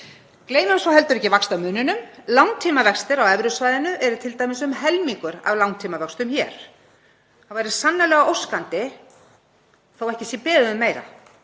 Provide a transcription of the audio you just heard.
Gleymum heldur ekki vaxtamuninum. Langtímavextir á evrusvæðinu eru t.d. um helmingur af langtímavöxtum hér. Það væri sannarlega óskandi, þótt ekki sé beðið um meira,